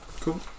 Cool